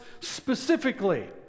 specifically